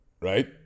right